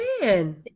man